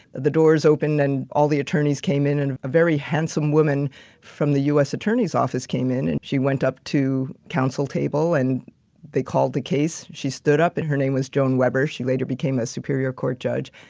the doors open and all the attorneys came in, and a very handsome woman from the us attorney's office came in and she went up to counsel table and they called the case, she stood up and her name was joan weber. she later became a superior court judge.